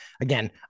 again